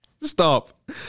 Stop